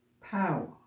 power